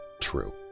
true